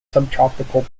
subtropical